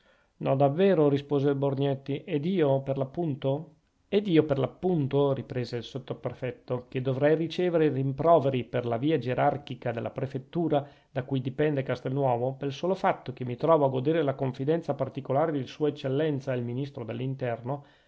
no davvero rispose il borgnetti ed io per l'appunto ed io per l'appunto riprese il sottoprefetto che dovrei ricevere i rimproveri per la via gerarchica della prefettura da cui dipende castelnuovo pel solo fatto che mi trovo a godere la confidenza particolare di sua eccellenza il ministro dell'interno